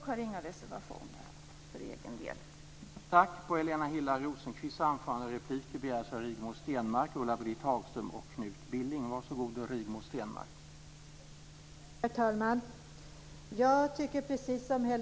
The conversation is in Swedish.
Vi har inga reservationer för egen del.